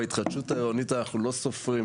בהתחדשות העירונית אנחנו לא סופרים